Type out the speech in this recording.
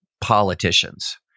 politicians